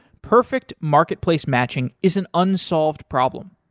perfect marketplace matching is an unsolved problems.